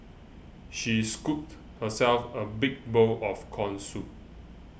she scooped herself a big bowl of Corn Soup